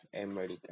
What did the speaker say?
America